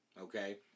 Okay